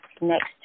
Next